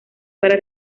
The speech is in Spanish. para